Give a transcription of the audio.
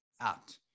out